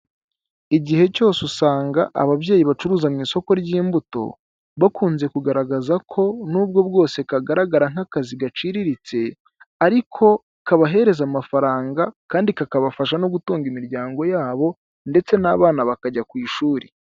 Igihe cyose usanga ababyeyi bacuruza mu isoko ry'imbuto, bakunze kugaragaza ko nubwo bwose kagaragara nk'akazi gaciriritse, ariko kabahereza amafaranga, kandi kakabafasha no gutunga imiryango yabo, ndetse n'abana bakajya ku ishuri.